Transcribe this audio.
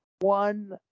One